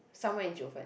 somewhere in Jiufen